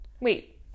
Wait